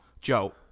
Joe